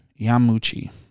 Yamuchi